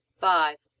five.